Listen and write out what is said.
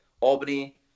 Albany